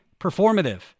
performative